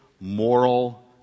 moral